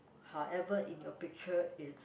however in your picture it's